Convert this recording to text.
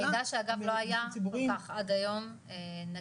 מידע שאגב לא היה כל כך עד היום נגיש.